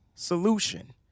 solution